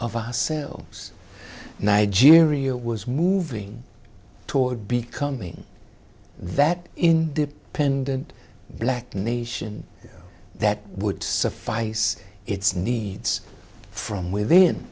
of ourselves nigeria was moving toward becoming that independent black nation that would suffice its needs from within